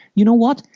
you know what,